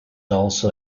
also